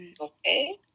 Okay